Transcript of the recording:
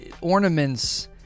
ornaments